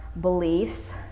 beliefs